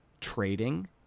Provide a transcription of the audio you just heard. trading